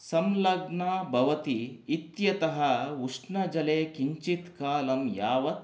संलग्ना भवति इत्यतः उष्णजले किञ्जित् कालं यावत्